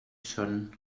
són